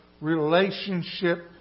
relationship